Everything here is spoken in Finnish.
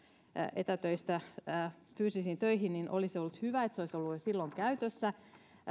etätöistä fyysisiin töihin elokuun puolessavälissä olisi ollut hyvä että se olisi ollut jo silloin käytössä